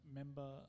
member